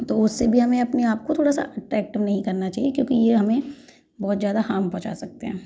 तो उससे भी हमे अपने आप को थोड़ा सा अटैक्ट नहीं करना चाहिए क्योंकि ये हमें बहुत ज़्यादा हाम पहुँचा सकते हैं